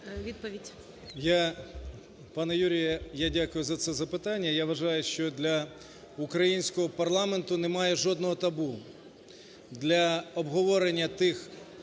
Відповідь.